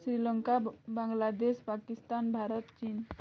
Sri Lanka Bangladesh Pakistan Bharat Chin